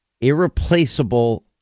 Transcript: irreplaceable